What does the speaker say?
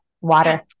Water